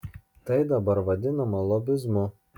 tai dabar vadinama lobizmu